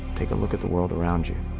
take a look at the world around you.